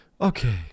Okay